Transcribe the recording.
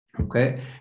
okay